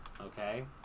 okay